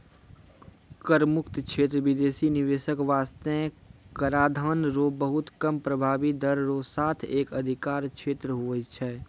कर मुक्त क्षेत्र बिदेसी निवेशक बासतें कराधान रो बहुत कम प्रभाबी दर रो साथ एक अधिकार क्षेत्र हुवै छै